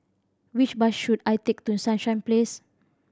which bus should I take to Sunshine Place